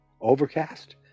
Overcast